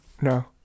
No